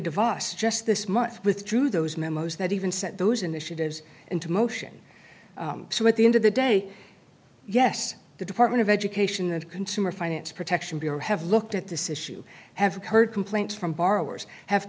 device just this month withdrew those memos that even sent those initiatives into motion so at the end of the day yes the department of education and consumer finance protection bureau have looked at this issue have occurred complaints from borrowers have